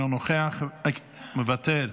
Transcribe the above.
מוותר.